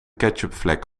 ketchupvlek